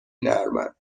نرمن